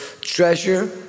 treasure